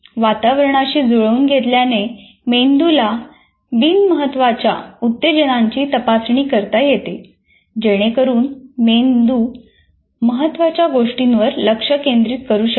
वातावरणाशी जुळवून घेतल्याने मेंदूला बिनमहत्त्वाच्या उत्तेजनांची तपासणी करता येते जेणेकरून मेंदू महत्त्वाच्या गोष्टींवर लक्ष केंद्रित करू शकेल